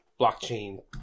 blockchain